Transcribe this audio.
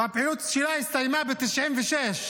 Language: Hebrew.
והפעילות שלה הסתיימה ב-1996.